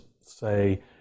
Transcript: say